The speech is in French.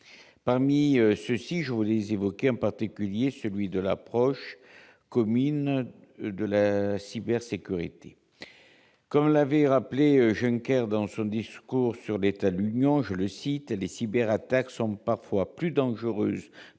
Parmi ceux-ci, je veux évoquer en particulier celui de l'approche commune de la cybersécurité. Comme l'a rappelé Jean-Claude Juncker dans son discours sur l'état de l'Union, « les cyberattaques sont parfois plus dangereuses